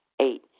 eight